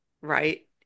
right